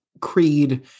creed